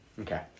Okay